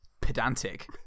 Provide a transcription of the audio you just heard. Pedantic